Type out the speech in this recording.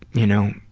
you know.